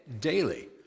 daily